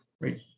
right